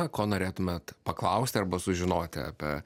ko norėtumėt paklausti arba sužinoti apie